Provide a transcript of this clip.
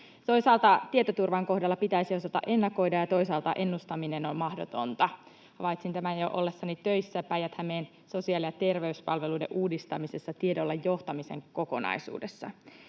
Toisaalta tietoturvan kohdalla pitäisi osata ennakoida, ja toisaalta ennustaminen on mahdotonta. Havaitsin tämän jo ollessani töissä Päijät-Hämeen sosiaali‑ ja terveyspalveluiden uudistamisessa tiedolla johtamisen kokonaisuudessa.